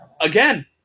again